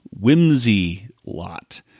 Whimsy-Lot